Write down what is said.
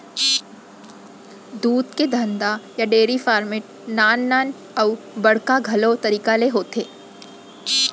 दूद के धंधा या डेरी फार्मिट नान नान अउ बड़का घलौ तरीका ले होथे